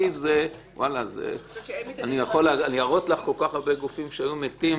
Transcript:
אני יכול להראות לך כל כך הרבה גופים שהיו מתים